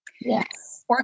yes